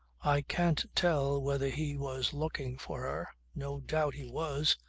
i can't tell whether he was looking for her. no doubt he was.